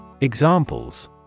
Examples